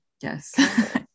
Yes